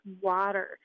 water